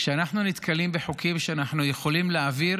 כשאנחנו נתקלים בחוקים שאנחנו יכולים להעביר